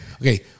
Okay